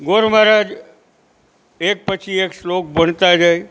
ગોર મહારાજ એક પછી એક શ્લોક ભણતા જાય